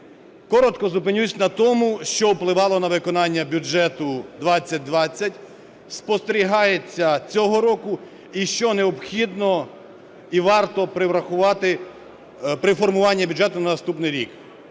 Коротко зупинюсь на тому, що впливало на виконання бюджету 2020, спостерігається цього року і що необхідно і варто врахувати при формуванні бюджету на наступний рік.